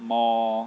more